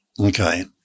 Okay